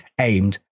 aimed